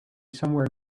somewhere